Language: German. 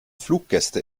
fluggäste